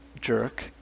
jerk